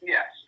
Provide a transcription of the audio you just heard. Yes